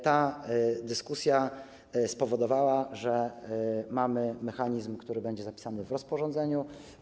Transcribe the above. Ta dyskusja spowodowała, że mamy mechanizm, który będzie zapisany w rozporządzeniu.